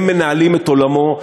הם מנהלים את עולמו,